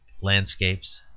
landscapes